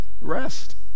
Rest